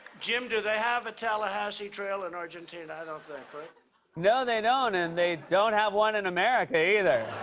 jim, do they have a tallahassee trail in argentina? i don't think, right? no, they don't, and they don't have one in america either.